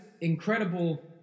incredible